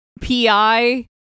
PI